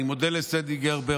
אני מודה לסנדי ברגר,